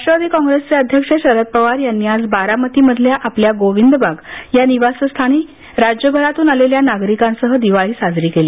राष्ट्वादी काँग्रेसचे अध्यक्ष शरद पवार यांनी आज बारामतीमधल्या आपल्या गोविंद बाग या निवास स्थानी राज्यभरातून आलेल्या नागरिकांसह दिवाळी साजरी केली